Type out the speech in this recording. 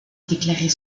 déclarer